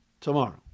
tomorrow